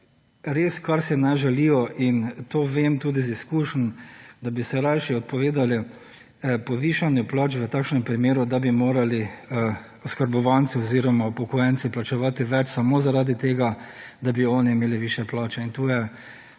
res kar si ne želijo in to vem tudi iz izkušenj, da bi se rajši odpovedali povišanju plač v takšnem primeru, da bi morali oskrbovanci oziroma upokojenci plačevati več samo zaradi tega, da bi oni imeli višje plače. In to je